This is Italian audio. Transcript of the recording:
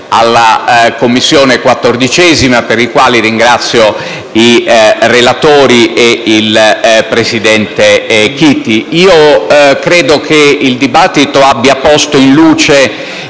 14a Commissione, per i quali ringrazio i relatori e il presidente Chiti. Credo che il dibattito abbia posto in luce